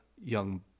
young